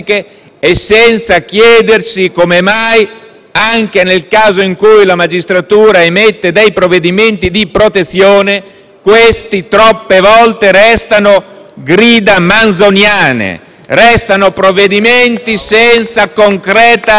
anche nel caso in cui la magistratura emetta dei provvedimenti di protezione, questi troppe volte restano grida manzoniane, provvedimenti senza concreta efficacia e senza concreta attuazione.